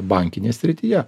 bankinėj srityje